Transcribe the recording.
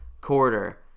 quarter